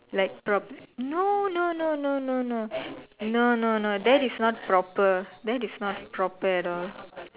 like prop no no no no no no no no no no that is not proper that is not proper at all